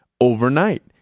overnight